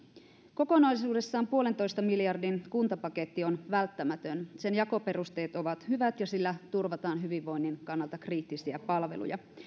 kokonaisuudessaan puolentoista miljardin kuntapaketti on välttämätön sen jakoperusteet ovat hyvät ja sillä turvataan hyvinvoinnin kannalta kriittisiä palveluja